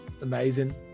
Amazing